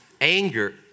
Anger